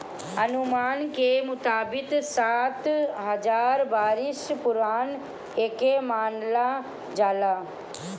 अनुमान के मुताबिक सात हजार बरिस पुरान एके मानल जाला